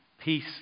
Peace